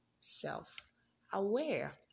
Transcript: self-aware